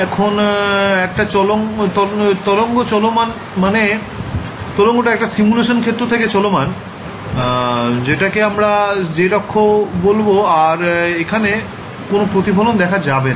এখন একটা তরঙ্গ চলমান মানে তরঙ্গ টা একটা সিমুলেশান ক্ষেত্র থেকে চলমান যেটাকে আমরা z অক্ষ বলবো আর এখানে কোন প্রতিফলন দেখা যাবে না